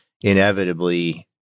inevitably